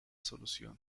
solución